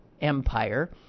empire